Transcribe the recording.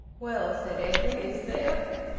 well, said edwin. is there?